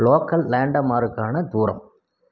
local லாண்டமாருக்கான தூரம்